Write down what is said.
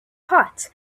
hot